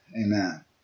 amen